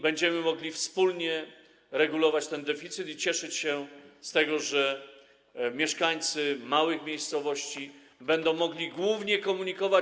Będziemy wtedy mogli wspólnie regulować ten deficyt i cieszyć się z tego, że mieszkańcy małych miejscowości będą mogli się komunikować.